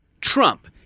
Trump